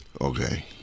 Okay